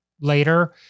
later